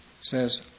says